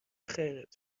خیرت